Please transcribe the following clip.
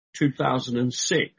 2006